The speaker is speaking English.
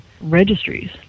registries